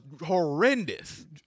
horrendous